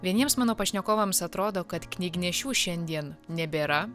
vieniems mano pašnekovams atrodo kad knygnešių šiandien nebėra